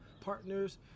partners